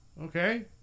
Okay